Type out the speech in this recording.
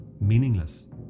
meaningless